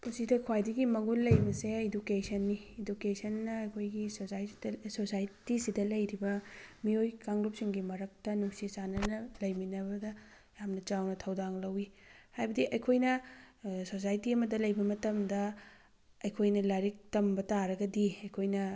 ꯄꯨꯟꯁꯤꯗ ꯈ꯭ꯋꯥꯏꯗꯤ ꯃꯒꯨꯟ ꯂꯩꯕꯁꯦ ꯏꯗꯨꯀꯦꯁꯟꯅꯤ ꯑꯗꯨꯀꯦꯁꯟꯅ ꯑꯩꯈꯣꯏꯒꯤ ꯁꯣꯁꯥꯏꯇꯤꯗ ꯁꯣꯁꯥꯏꯇꯤꯁꯤꯗ ꯂꯩꯔꯤꯕ ꯃꯤꯑꯣꯏ ꯀꯥꯡꯂꯨꯞ ꯁꯤꯡꯒꯤ ꯃꯔꯛꯇ ꯅꯨꯡꯁꯤ ꯆꯥꯟꯅꯅ ꯂꯩꯃꯤꯟꯅꯕꯗ ꯌꯥꯝꯅ ꯆꯥꯎꯅ ꯊꯧꯗꯥꯡ ꯂꯩꯋꯤ ꯍꯥꯏꯕꯗꯤ ꯑꯩꯈꯣꯏꯅ ꯁꯣꯁꯥꯏꯇꯤ ꯑꯃꯗ ꯂꯩꯕ ꯃꯇꯝꯗ ꯑꯩꯈꯣꯏꯅ ꯂꯥꯏꯔꯤꯛ ꯇꯝꯕ ꯇꯥꯔꯗꯒꯤ ꯑꯩꯈꯣꯏꯅ